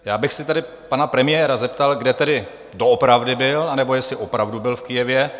Já bych se tedy pana premiéra zeptal, kde tedy doopravdy byl, nebo jestli opravdu byl v Kyjevě.